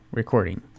recording